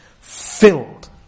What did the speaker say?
filled